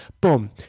boom